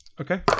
Okay